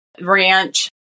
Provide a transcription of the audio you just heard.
ranch